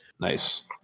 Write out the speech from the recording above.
nice